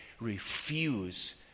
refuse